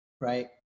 Right